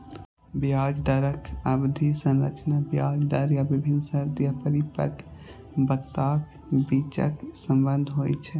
ब्याज दरक अवधि संरचना ब्याज दर आ विभिन्न शर्त या परिपक्वताक बीचक संबंध होइ छै